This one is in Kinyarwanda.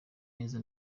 neza